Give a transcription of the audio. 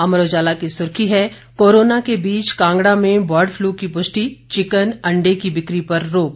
अमर उजाला की सुर्खी है कोरोना के बीच कांगड़ा में बर्ड फ़्लू की पुष्टि चिकन अंडे की बिकी पर रोक